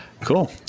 cool